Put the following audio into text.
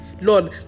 Lord